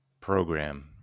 program